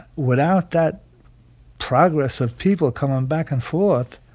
without that progress of people coming back and forth,